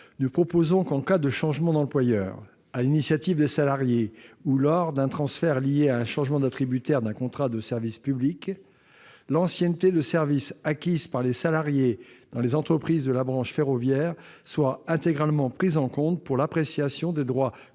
nous proposons que, en cas de changement d'employeur à l'initiative des salariés ou lors d'un transfert lié à un changement d'attributaire d'un contrat de service public, l'ancienneté de service acquise par les salariés dans les entreprises de la branche ferroviaire soit intégralement prise en compte pour l'appréciation des droits